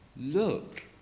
Look